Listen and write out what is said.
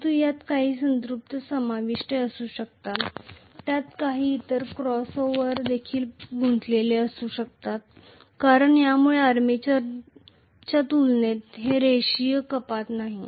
परंतु यात काही संतृप्ति समाविष्ट असू शकते त्यात काही इतर क्रॉसओव्हर देखील गुंतलेले असू शकतात कारण यामुळे आर्मेचरच्या तुलनेत हे रेषीय कपात नाही